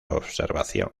observación